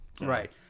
right